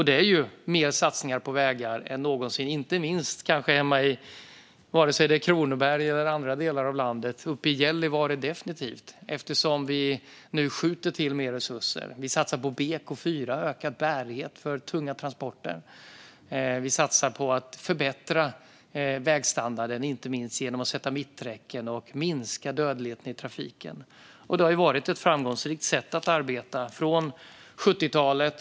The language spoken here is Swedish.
Det är mer satsningar på vägar än någonsin i Kronoberg och i andra delar av landet - så är det definitivt uppe i Gällivare - eftersom vi nu skjuter till mer resurser. Vi satsar på BK4, ökad bärighet för tunga transporter. Vi satsar på att förbättra vägstandarden, inte minst genom att sätta upp mitträcken, och på att minska dödligheten i trafiken. Det har varit ett framgångsrikt sätt att arbeta sedan 70-talet.